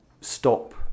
stop